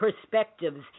perspectives